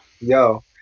Yo